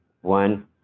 one